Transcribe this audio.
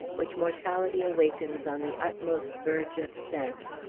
which mortality awakens on the utmost verge of sense,